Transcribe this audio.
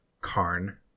Karn